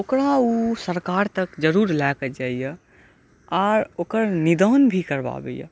ओकरा ओ सरकारतक जरूर लए कऽ जाइया आर ओकर निदान भी करबाबैया